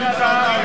למה אתה,